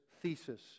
thesis